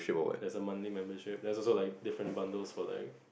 there's a monthly membership there's also like different bundles for like